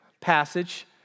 passage